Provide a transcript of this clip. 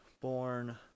born